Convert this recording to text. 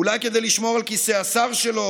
אולי כדי לשמור על כיסא השר שלו,